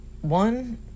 One